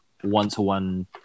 one-to-one